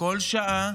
כל שעה,